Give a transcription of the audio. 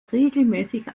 regelmäßig